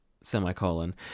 semicolon